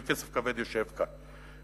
וכסף כבד יושב כאן.